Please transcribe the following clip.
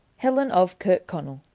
helen of kirkconnell